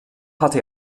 hatte